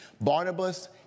Barnabas